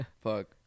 Fuck